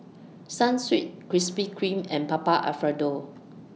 Sunsweet Krispy Kreme and Papa Alfredo